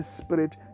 Spirit